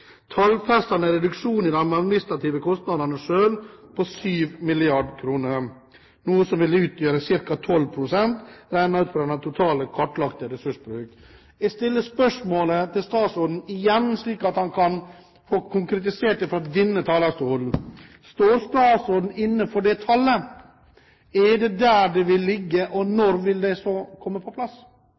reduksjon i de mange administrative kostnadene selv på 7 mrd. kr, noe som ville utgjøre ca. 12 pst., regnet ut fra den totale kartlagte ressursbruk. Jeg stiller spørsmålet til statsråden igjen, slik at han kan få konkretisert det fra denne talerstol: Står statsråden inne for det tallet, er det der det vil ligge, og når vil det så komme på plass?